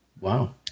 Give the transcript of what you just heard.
Wow